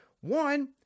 one